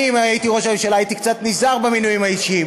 אם הייתי ראש הממשלה הייתי קצת נזהר במינויים האישיים.